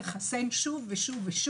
לחסן שוב ושוב,